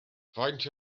faint